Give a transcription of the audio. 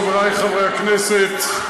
חבריי חברי הכנסת,